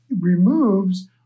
removes